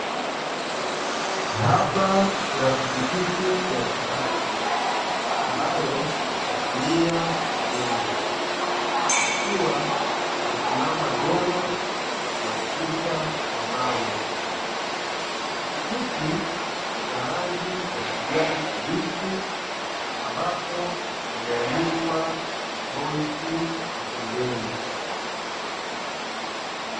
Hapa kuna pikipiki ya kisasa ambayo inatumia umeme, ikiwa imesimama mbele ya ukuta wa mawe. Pikipiki ina rangi ya kijani kibichi ambapo imeandikwa "Bolt" kwa pembeni.